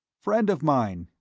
friend of mine,